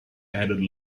added